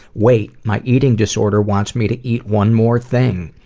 wait, my eating disorder wants me to eat one more thing.